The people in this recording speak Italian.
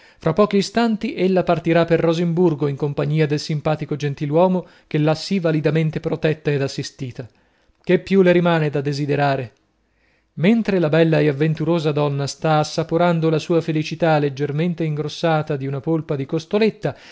fra pochi istanti ella partirà per rosinburgo in compagnia del simpatico gentiluomo che l'ha sì validamente protetta ed assistita che più le rimane a desiderare mentre la bella e avventurosa donna sta assaporando la sua felicità leggermente ingrossata di una polpa di costoletta